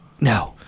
No